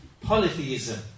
polytheism